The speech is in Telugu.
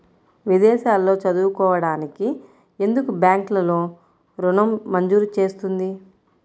విదేశాల్లో చదువుకోవడానికి ఎందుకు బ్యాంక్లలో ఋణం మంజూరు చేస్తుంది?